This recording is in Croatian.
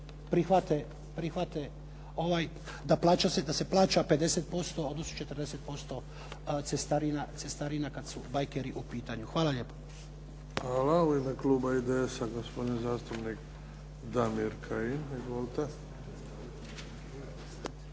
prihvate da se plaća 50% odnosno 40% cestarina kada su bajkeri u pitanju. Hvala lijepo. **Bebić, Luka (HDZ)** Hvala. U ime kluba IDS-a, gospodin zastupnik Damir Kajin. Izvolite.